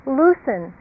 loosen